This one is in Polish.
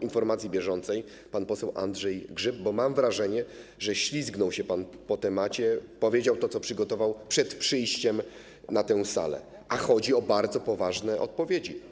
informacji bieżącej pan poseł Andrzej Grzyb, bo mam wrażenie, że ślizgnął się pan po temacie, powiedział to, co przygotował przed przyjściem na tę salę, a chodzi o bardzo poważne odpowiedzi.